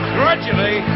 gradually